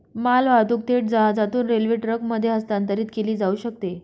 मालवाहतूक थेट जहाजातून रेल्वे ट्रकमध्ये हस्तांतरित केली जाऊ शकते